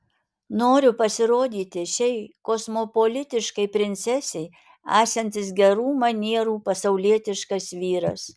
noriu pasirodyti šiai kosmopolitiškai princesei esantis gerų manierų pasaulietiškas vyras